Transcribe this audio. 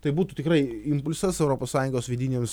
tai būtų tikrai impulsas europos sąjungos vidiniams